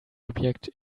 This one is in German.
objekt